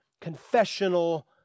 confessional